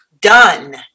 done